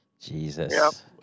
Jesus